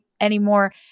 anymore